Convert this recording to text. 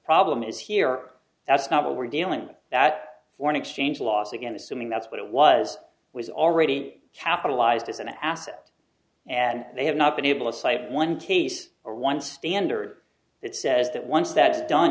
problem is here that's not what we're dealing with that foreign exchange loss again assuming that's what it was was already capitalized as an asset and they have not been able to cite one case or one standard that says that once that's done